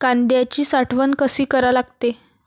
कांद्याची साठवन कसी करा लागते?